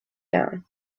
down